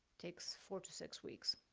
takes four to six weeks.